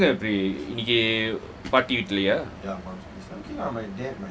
so you உன் குடும்பங்க எப்படி பாட்டி வீட்ல யா:un kudumbanga eppdi paarti weetla ya